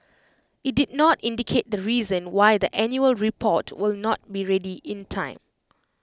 IT did not indicate the reason why the annual report will not be ready in time